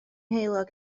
heulog